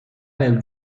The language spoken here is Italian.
nel